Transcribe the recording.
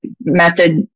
method